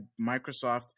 Microsoft